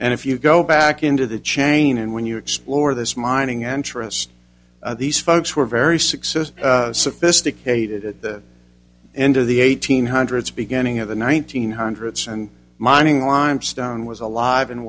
and if you go back into the chain and when you explore this mining interests these folks were very successful sophisticated at the end of the eighteen hundreds beginning of the one thousand hundreds and mining limestone was alive and